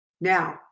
Now